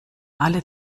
alle